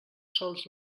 sols